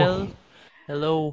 Hello